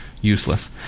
useless